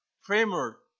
framework